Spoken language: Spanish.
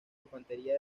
infantería